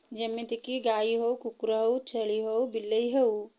ଯେମିତିକି ଗାଈ ହେଉ କୁକୁର ହେଉ ଛେଳି ହେଉ ବିଲେଇ ହେଉ